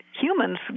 humans